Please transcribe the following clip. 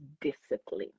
discipline